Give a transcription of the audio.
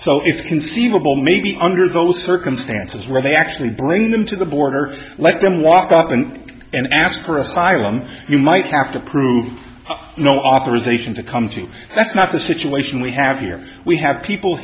it's conceivable maybe under those circumstances where they actually bring them to the border let them walk in and ask for asylum you might have to prove no authorization to come to that's not the situation we have here we have people